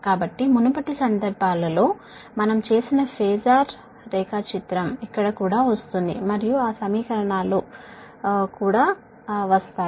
కాబట్టి మునుపటి సందర్భాలలో మనం చేసిన ఫాజర్ రేఖాచిత్రం ఇక్కడ కూడా వస్తుంది మరియు ఆ సమీకరణాలు మనం సరిగ్గా వస్తాయి